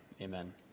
Amen